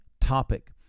topic